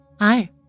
Hi